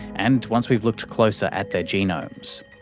and once we've looked closer at their genomes.